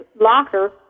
locker